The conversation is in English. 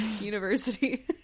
University